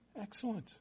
Excellent